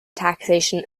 taxation